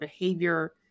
behavior